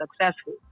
successful